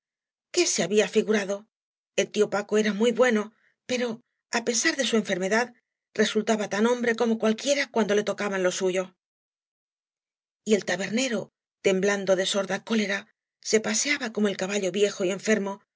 qué se había figurado el tía paco era muy bueno pero á pesar de su enfermedad resultaba tan hombre como cualquiera cuando le tocaban lo suyo y el tabernero temblando de sorda cólera se paseaba como el caballo viejo y enfermo pero